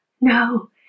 No